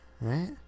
Right